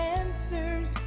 answers